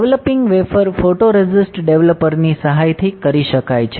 developing wafer photoresist ડેવલપરની સહાયથી કરી શકાય છે